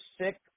sick